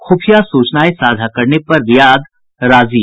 ख़ुफिया सूचनाएं साझा करने पर रियाद राजी